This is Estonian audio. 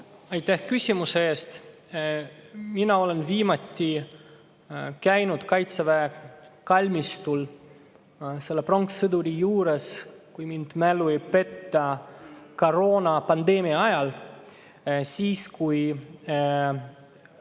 Aitäh küsimuse eest! Mina olen viimati käinud Kaitseväe kalmistul pronkssõduri juures, kui mind mälu ei peta, koroonapandeemia ajal – siis, kui